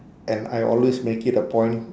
and I always make it a point